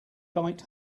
biked